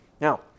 Now